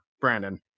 Brandon